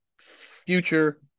future